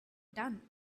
done